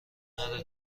نره